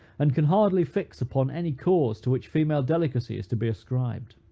and can hardly fix upon any cause to which female delicacy is to be ascribed.